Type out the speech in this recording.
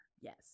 yes